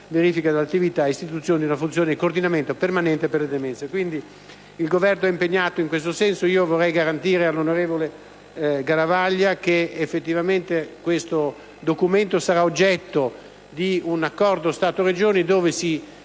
verifica dell'attività; istituzione di una funzione di coordinamento permanente per le demenze. Il Governo è dunque impegnato in questo senso, e vorrei garantire alla senatrice Mariapia Garavaglia che effettivamente questo documento sarà oggetto di un accordo Stato-Regioni in